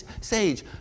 Sage